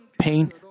pain